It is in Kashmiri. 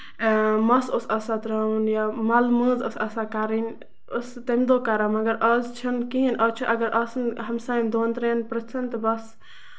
اۭں مَس اوس آسان تراوُن یا مَلہٕ مٲنز ٲسۍ آسان کَرٕنۍ ٲسۍ سۄ تَمہِ دۄہ کران مَگر آز چھُنہٕ کِہیٖنۍ آز چھُ اَگر آسن ہَمساے آسن دۄن ترٮ۪ن پرٮ۪ژَن تہٕ بَس